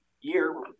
year